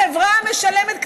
החברה משלמת קנס,